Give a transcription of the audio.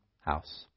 house